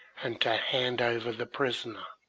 and to hand over the prisoner.